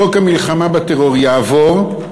חוק המלחמה בטרור יעבור,